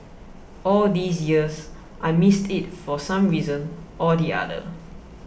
all these years I missed it for some reason or the other